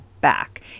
back